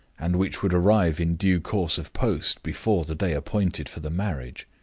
and which would arrive in due course of post before the day appointed for the marriage.